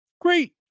Great